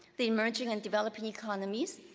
the emerging and developing economies,